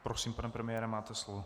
Prosím, pane premiére, máte slovo.